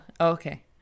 okay